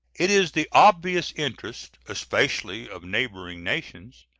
it is the obvious interest, especially of neighboring nations,